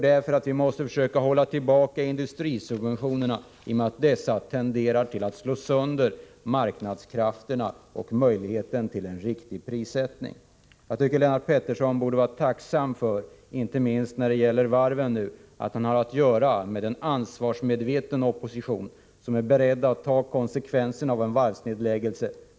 Därför måste vi försöka hålla tillbaka industrisubventionerna, eftersom dessa tenderar att slå sönder marknadskrafterna och förstöra möjligheterna till en riktig prissättning. I nuläget borde Lennart Pettersson vara tacksam — inte minst när det gäller varven — för att han har att göra med en ansvarsmedveten opposition, som är beredd att ta konsekvenserna av en varvsnedläggelse.